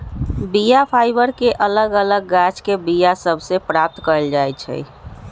बीया फाइबर के अलग अलग गाछके बीया सभ से प्राप्त कएल जाइ छइ